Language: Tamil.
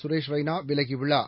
சுரேஷ் ரெய்னா விலகியுள்ளார்